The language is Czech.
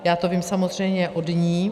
Já to vím samozřejmě od ní.